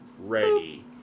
Ready